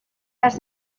cas